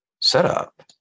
setup